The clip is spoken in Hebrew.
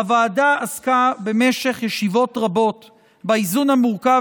הוועדה עסקה במשך ישיבות רבות באיזון המורכב